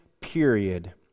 period